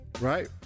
Right